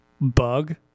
Bug